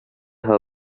her